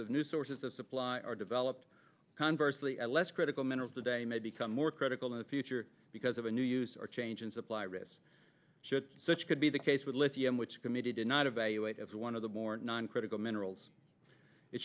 of new sources of supply are developed conversely less critical minerals today may become more critical in the future because of a new user change in supply risks should such could be the case with lithium which committee did not evaluate as one of the more non critical minerals it